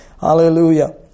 Hallelujah